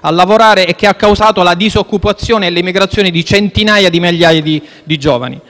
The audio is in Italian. a lavorare e che ha causato la disoccupazione o l'emigrazione di centinaia di migliaia di giovani.